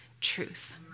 truth